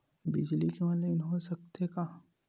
बिजली के ऑनलाइन हो सकथे का?